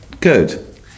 good